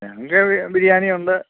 ഞങ്ങൾക്ക് ബീരിയാണിയുണ്ട്